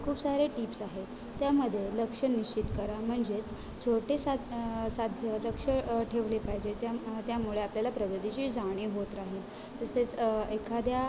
खूप सारे टिप्स आहेत त्यामध्ये लक्ष्य निश्चित करा म्हणजेच छोटे सा साध्य लक्ष्य ठेवले पाहिजे त्या त्यामुळे आपल्याला प्रगतीची जाणीव होत राहील तसेच एखाद्या